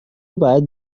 باید